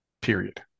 period